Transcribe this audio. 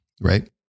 right